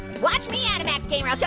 watch me, animex gamer. so